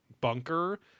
bunker